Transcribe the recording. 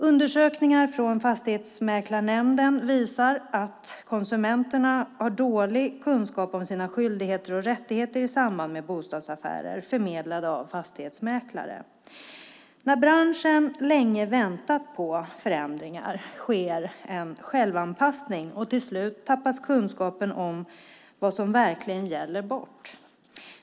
Undersökningar från Fastighetsmäklarnämnden visar att konsumenterna har dålig kunskap om sina skyldigheter och rättigheter i samband med bostadsaffärer förmedlade av fastighetsmäklare. När branschen väntat länge på förändringar sker en självanpassning, och till slut tappas kunskapen om vad som verkligen gäller bort.